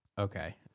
Okay